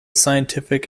scientific